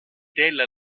della